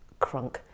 crunk